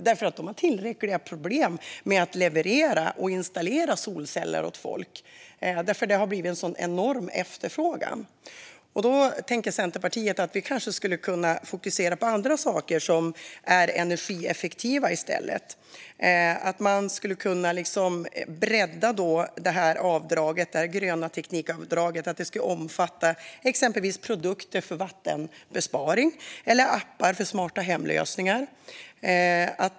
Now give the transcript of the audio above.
De har tillräckliga problem med att leverera och installera solceller åt folk därför att det har blivit en sådan enorm efterfrågan. Då tänker Centerpartiet att vi kanske skulle kunna fokusera på andra saker som är energieffektiva. Man skulle kunna bredda det här avdraget för grön teknik till att omfatta exempelvis produkter för vattenbesparing eller appar för smarta-hem-lösningar.